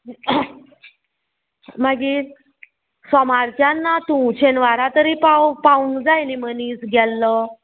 मागीर सोमारच्यान ना तूं शेनवारा तरी पाव पावूंक जाय न्ही मनीस गेल्लो